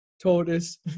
tortoise